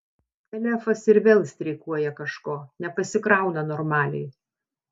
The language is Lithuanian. telefas ir vėl streikuoja kažko nepasikrauna normaliai